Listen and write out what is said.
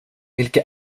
vilka